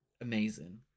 amazing